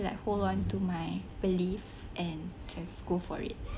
like hold on to my belief and can go for it